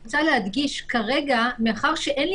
אני רוצה להדגיש: כרגע מאחר שאין לי